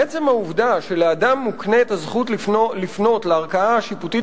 עצם העובדה שלאדם מוקנית הזכות לפנות לערכאה השיפוטית